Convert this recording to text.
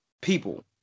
people